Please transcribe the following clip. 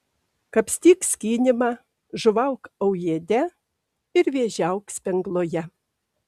kapstyk skynimą žuvauk aujėde ir vėžiauk spengloje